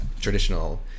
traditional